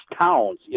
towns